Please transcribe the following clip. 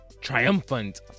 triumphant